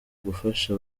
gufasha